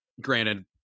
granted